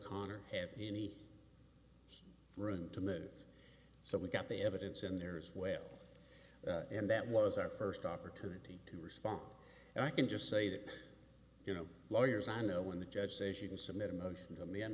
o'connor have any room to move so we got the evidence in there is whale and that was our first opportunity to respond and i can just say that you know lawyers i know when the judge says you can submit a motion to me an